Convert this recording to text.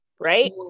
Right